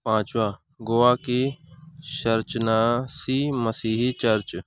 پانچواں گووا کی چرچ ناسی مسیحی چرچ